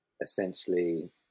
essentially